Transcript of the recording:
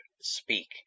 Speak